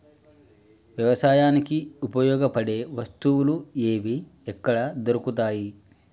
వ్యవసాయానికి ఉపయోగపడే వస్తువులు ఏవి ఎక్కడ దొరుకుతాయి?